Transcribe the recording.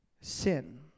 sin